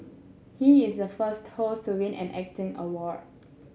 he is the first host to win an acting award